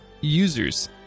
users